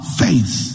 faith